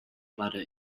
bladder